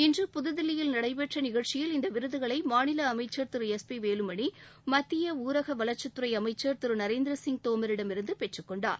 இன்று புதுதில்லியில் நடைபெற்ற நிகழ்ச்சியில் இந்த விருதுகளை மாநில அமைச்சா் திரு எஸ் பி வேலுமணி மத்திய ஊரக வளர்ச்சித்துறை அமைச்சர் திரு நரேந்திரசிங் தோமரிடமிருந்து பெற்றுக் கொண்டார்